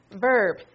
verb